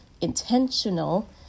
intentional